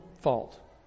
fault